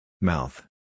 Mouth